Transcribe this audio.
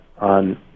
on